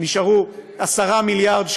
נשארו 10 מיליארד שקלים,